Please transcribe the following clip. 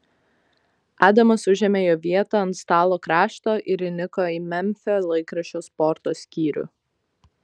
adamas užėmė jo vietą ant stalo krašto ir įniko į memfio laikraščio sporto skyrių